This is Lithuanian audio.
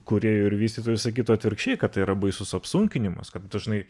kūrėjų ir vystytojų sakytų atvirkščiai kad tai yra baisus apsunkinimas kad dažnai